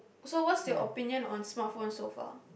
so what's your opinion on smartphone so far